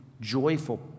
joyful